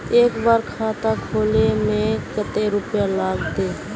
एक बार खाता खोले में कते रुपया लगते?